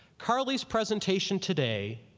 carly's presentation today,